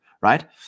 right